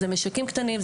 זה משקים קטנים,